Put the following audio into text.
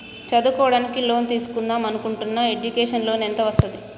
చదువుకోవడానికి లోన్ తీస్కుందాం అనుకుంటున్నా ఎడ్యుకేషన్ లోన్ ఎంత వస్తది?